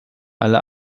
alle